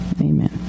Amen